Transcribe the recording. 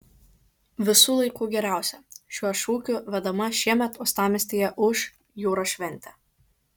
visų laikų geriausia šiuo šūkiu vedama šiemet uostamiestyje ūš jūros šventė